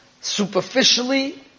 superficially